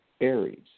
Aries